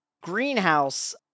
Greenhouse-